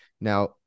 now